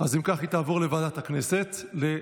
כי הצעת החוק עברה ותועבר לוועדת החוץ והביטחון.